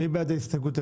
מי בעד ההסתייגות?